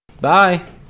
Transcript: Bye